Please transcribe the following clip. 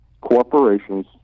Corporations